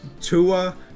Tua